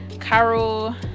Carol